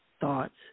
thoughts